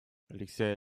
алексей